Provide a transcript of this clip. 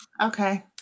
Okay